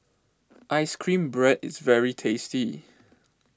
Ice Cream Bread is very tasty